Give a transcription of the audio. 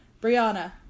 Brianna